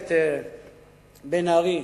הכנסת בן-ארי: